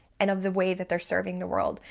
and of the way that they're serving the world.